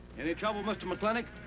any trouble, mr. mclintock?